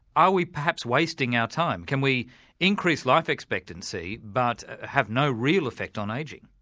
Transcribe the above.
are we perhaps wasting our time? can we increase life expectancy but have no real effect on ageing?